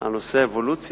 על נושא האבולוציה,